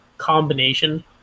combination